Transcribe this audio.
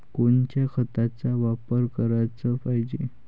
कोनच्या खताचा वापर कराच पायजे?